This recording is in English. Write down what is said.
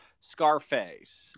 Scarface